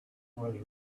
was